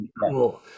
cool